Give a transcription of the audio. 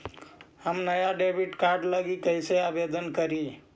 हम नया debit card लागी कईसे आवेदन करी?